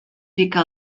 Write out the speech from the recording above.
fica